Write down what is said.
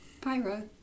Pyro